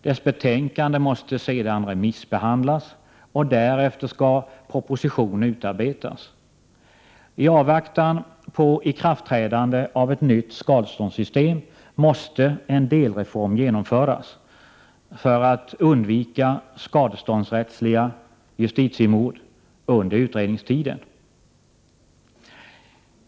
Dess betänkande måste sedan remissbehandlas, och därefter skall en proposition utarbetas. I avvaktan på ikraftträdande av ett nytt skadeståndssystem måste en delreform genomföras för undvikande av skadeståndsrättsliga ”justitiemord” under utredningstiden.